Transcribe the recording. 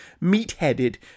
meat-headed